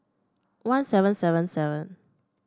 one seven seven seven